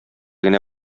генә